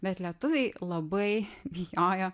bet lietuviai labai bijojo